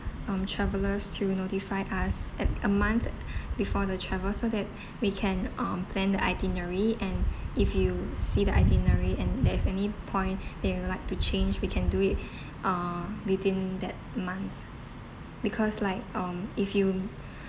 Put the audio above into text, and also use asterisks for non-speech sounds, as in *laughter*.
um travellers to notify us at a month *breath* before the travel so that *breath* we can um plan the itinerary and if you see the itinerary and there's any point *breath* that you would like to change we can do it *breath* uh within that month because like um if you